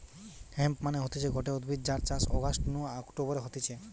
hemp মানে হতিছে গটে উদ্ভিদ যার চাষ অগাস্ট নু অক্টোবরে হতিছে